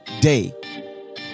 day